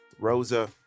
rosa